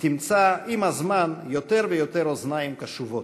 תמצא עם הזמן יותר ויותר אוזניים קשובות.